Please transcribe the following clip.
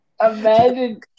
Imagine